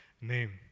name